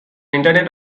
internet